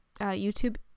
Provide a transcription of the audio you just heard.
YouTube